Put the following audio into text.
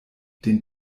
den